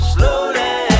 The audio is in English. Slowly